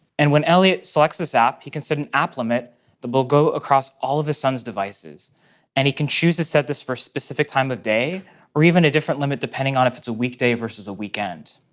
and when elliot selects this app, he can set an app limit that will go across all of his son's devices and he can choose to set this for a specific time of day or even a different limit depending on if it's a weekday versus a weekend.